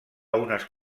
unes